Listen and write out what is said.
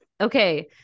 Okay